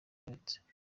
uretse